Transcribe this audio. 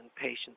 patients